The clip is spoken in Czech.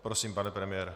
Prosím, pane premiére.